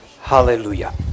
hallelujah